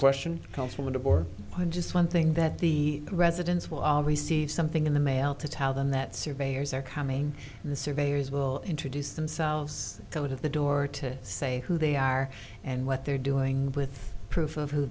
question comes from the board on just one thing that the residents will always see something in the mail to tell them that surveyors are coming and the surveyors will introduce themselves go to the door to say who they are and what they're doing with proof of who